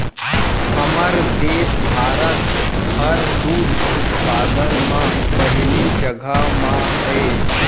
हमर देस भारत हर दूद उत्पादन म पहिली जघा म हे